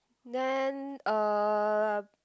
then uh